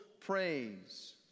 praise